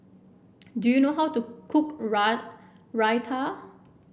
do you know how to cook Raita